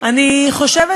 אני חושבת